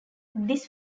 this